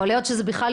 יכול להיות שזה יותר.